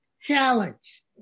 challenge